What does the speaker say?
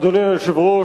אדוני היושב-ראש,